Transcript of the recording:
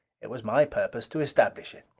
it was my purpose to establish it.